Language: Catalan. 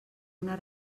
una